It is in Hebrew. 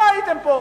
לא הייתם פה.